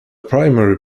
primary